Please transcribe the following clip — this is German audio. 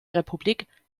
republik